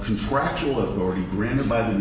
contractual authority granted by the